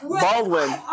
Baldwin